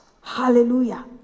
Hallelujah